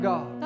God